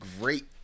great –